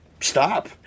stop